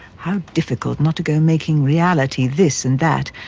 how difficult not to go making reality this and that,